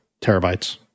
terabytes